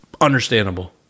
Understandable